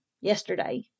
yesterday